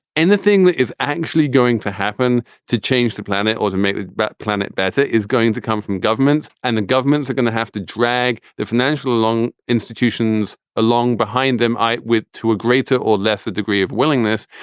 and the thing that is actually going to happen to change the planet, automated planet better is going to come from governments. and the governments are going to have to drag the financial along institutions along behind them. i wish to a greater or lesser degree of willingness.